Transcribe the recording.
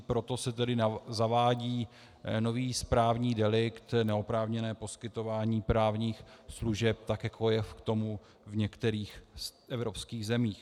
Proto se tedy zavádí nový správní delikt neoprávněné poskytování právních služeb, tak jako je tomu v některých evropských zemích.